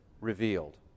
revealed